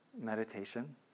meditation